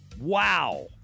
Wow